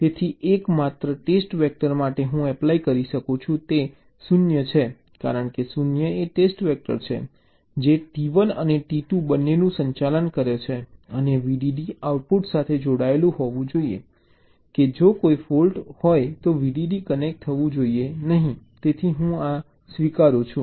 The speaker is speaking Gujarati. તેથી એક માત્ર ટેસ્ટ વેક્ટર માટે હું એપ્લાય કરી શકું છું તે 0 0 છે કારણ કે 0 0 એ ટેસ્ટ વેક્ટર છે જે T1 અને T2 બંનેનું સંચાલન કરે છે અને VDD આઉટપુટ સાથે જોડાયેલ હોવું જોઈએ કે જો કોઈ ફૉલ્ટ્ હોય તો VDD કનેક્ટ થવું જોઈએ નહીં તેથી હું આ સ્વીકારું છું